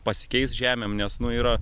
pasikeis žemėm nes nu yra